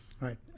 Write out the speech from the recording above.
Right